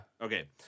Okay